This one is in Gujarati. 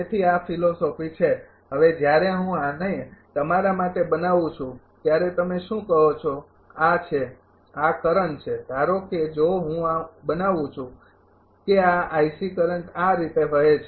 તેથી આ ફિલસોફી છે હવે જ્યારે હું આને તમારા માટે બનાવું છું ત્યારે તમે શું કહો છો આ છે આ કરંટ છે ધારો કે જો હું બનાવું કે આ કરંટ આ રીતે વહે છે